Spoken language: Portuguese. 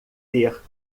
ter